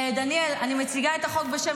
דניאל, אני מציגה את החוק בשם